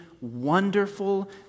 wonderful